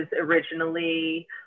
originally